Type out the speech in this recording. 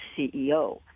CEO